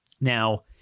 Now